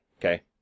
okay